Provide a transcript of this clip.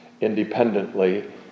independently